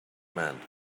meant